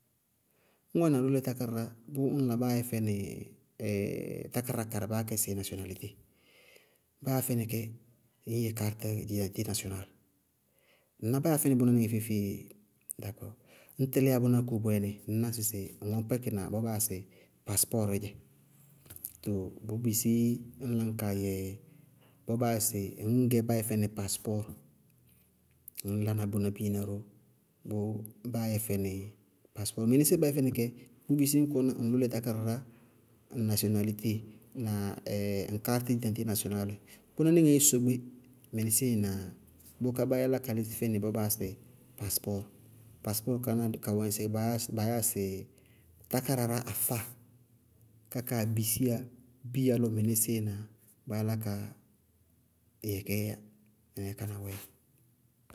Ñ wáana ŋ lʋlɛ tákáradá bʋʋ ñŋ láa báá yɛ fɛnɩ tákáradá karɩ baá yá kɛ sɩ nasɩɔnalitée. Bá yáa fɛnɩ kɛ ññyɛ kart didaŋtité nasɩɔnáalɩ. Ŋná bá yáa fɛnɩ bʋná níŋɛ feé-feé daakɔɔr, ñ tɩníya bʋná bɔɔyɛ ŋñ ná sɩ ŋ wɛŋñ kpɛkɩ na bɔɔ baa yáa sɩ paspɔɔrɩí dzɛ, too bʋʋ bisí ñ la kaa yɛ ŋñ gɛ bá yɛ fɛnɩ paspɔɔrɩ, ŋñ lána bʋná biina ró, bʋʋ báá yɛ fɛnɩ paspɔɔrɩ. Mɩnɩsɩɩ bá yɛ fɛnɩ kɛ, bʋʋ bisí ñ kɔná ŋ lʋlɛ tákáradá, ŋ nasɩɔnalitée na ŋ kart ɖiɖaŋtité nasɩɔnáalɩ. Bʋná nɩŋɛ sogbé mɩnɩsɩɩ na bá yálá ka lísí fɛnɩ bɔɔ baa yáa sɩ paspɔɔrɩ. Paspɔɔrɩ káná kawɛ ŋsɩ bɔɔ baa yáa- baa yáa sɩ tákáradá afáa ká kaáa bisiyá biya lɔ mɩnísíɩ na bá yálá ka yɛkɛɛ yá ŋ ñŋka na wɛ.